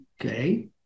Okay